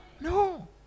no